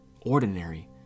ordinary